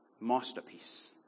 masterpiece